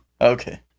Okay